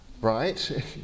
Right